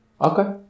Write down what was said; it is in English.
Okay